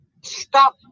stop